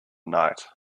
night